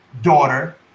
daughter